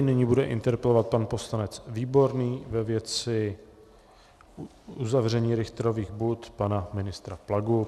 Nyní bude interpelovat pan poslanec Výborný ve věci uzavření Richtrových bud pana ministra Plagu.